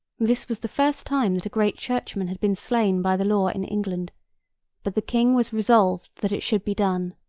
this was the first time that a great churchman had been slain by the law in england but the king was resolved that it should be done,